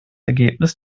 ergebnis